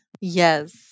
Yes